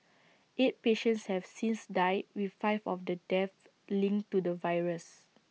eight patients have since died with five of the deaths linked to the virus